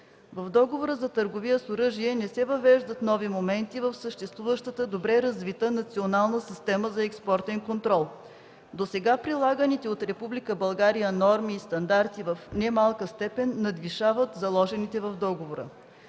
С Договора за търговия с оръжие не се въвеждат нови моменти в съществуващата добре развита национална система за експортен контрол. Досега прилаганите от Република България норми и стандарти в немалка степен надвишават заложените в договора.